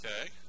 Okay